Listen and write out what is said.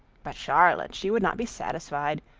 but charlotte, she would not be satisfied,